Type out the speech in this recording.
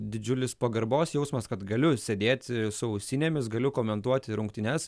didžiulis pagarbos jausmas kad galiu sėdėti su ausinėmis galiu komentuoti rungtynes